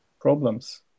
problems